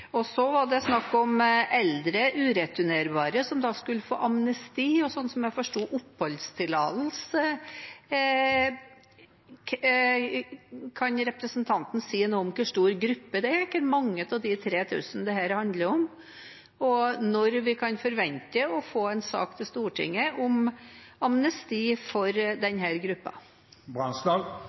dem? Så var det snakk om eldre, ureturnerbare som skulle få amnesti og – sånn jeg forsto det – oppholdstillatelse. Kan representanten si noe om hvor stor gruppe det er – hvor mange av de 3 000 dette handler om? Og når kan vi forvente å få en sak til Stortinget om amnesti for